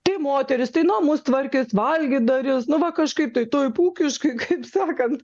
tai moteris tai namus tvarkys valgyt darys nu va kažkaip tai taip ūkiškai kaip sakant